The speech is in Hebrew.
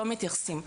לא מתייחסים.